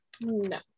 No